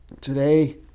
Today